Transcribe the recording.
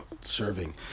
serving